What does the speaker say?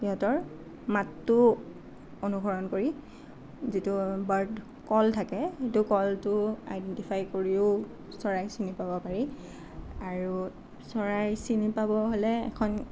সিহঁতৰ মাতটো অনুসৰণ কৰি যিটো বাৰ্ড কল থাকে সেইটো ক'লটো আইডেনটিফাই কৰিও চৰাই চিনি পাব পাৰি আৰু চৰাই চিনি পাব হ'লে এখন